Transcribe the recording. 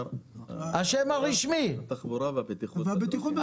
התחבורה והבטיחות בדרכים.